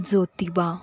Jyotiba